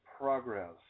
progress